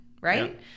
right